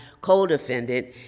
co-defendant